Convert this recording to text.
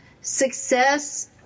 success